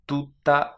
Tutta